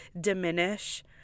diminish